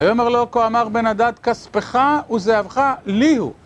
ויאמר לו: "כה אמר בן אדם, כספך וזהבך, לי הוא."